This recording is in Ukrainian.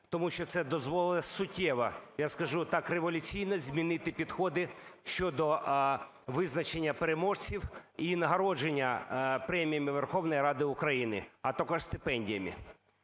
Тому що це дозволить суттєво, я скажу так, революційно змінити підходи щодо визначення переможців і нагородження преміями Верховної Ради України, а також стипендіями.